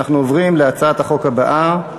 אנחנו עוברים להצעת החוק הבאה,